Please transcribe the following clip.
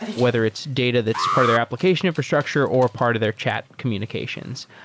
whether it's data that's part of their application infrastructure or part of their chat communications.